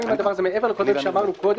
מעבר לכל מה שאמרנו קודם,